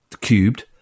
cubed